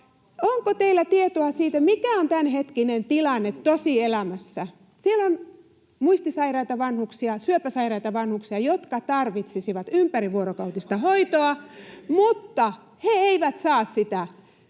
Onko teillä tietoa siitä, mikä on tämänhetkinen tilanne tosielämässä? Siellä on muistisairaita vanhuksia, syöpäsairaita vanhuksia, jotka tarvitsisivat ympärivuorokautista hoitoa, mutta he eivät saa sitä.